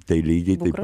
tai lygiai taip